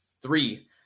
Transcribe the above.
three